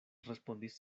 respondis